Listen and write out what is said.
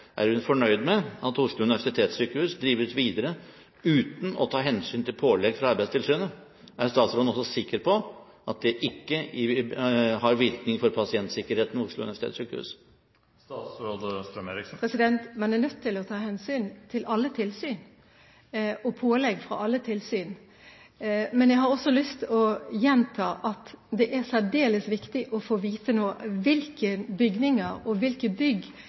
Er hun fornøyd med at Oslo universitetssykehus drives videre uten å ta hensyn til pålegg fra Arbeidstilsynet? Er statsråden også sikker på at det ikke har virkning for pasientsikkerheten ved Oslo universitetssykehus? Man er nødt til å ta hensyn til alle tilsyn og alle pålegg fra dem. Jeg har lyst til å gjenta at det nå er særdeles viktig å få vite hvilke bygninger og hvilke bygg